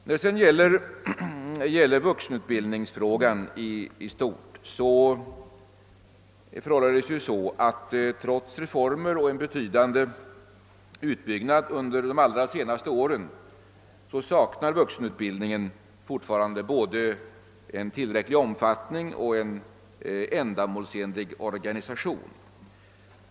När det gäller vuxenutbildningsfrågan i stort förhåller det sig så, att trots reformer och en betydande utbyggnad under de allra senaste åren saknar vuxenutbildningen fortfarande både en tillräcklig omfattning och en ändamålsenlig organisation.